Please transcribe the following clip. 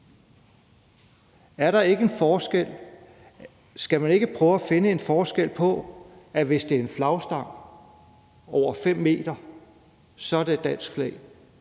skal man ikke prøve at finde en forskel på det, så hvis det er en flagstang på over 5 meter, skal det være et dansk flag?